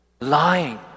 lying